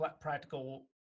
practical